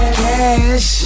cash